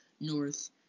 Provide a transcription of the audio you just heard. North